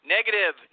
Negative